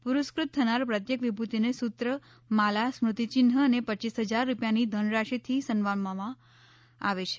પુરસ્કૃત થનાર પ્રત્યેક વિભૂતિને સૂત્ર માલા સ્મૃતિચિન્હ અને પચ્યીસ હજાર રૂપિયાની ધન રાશિથી સન્માનવામાં આવે છે